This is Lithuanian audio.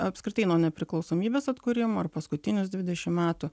apskritai nuo nepriklausomybės atkūrimo ir paskutinius dvidešim metų